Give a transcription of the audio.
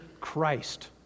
Christ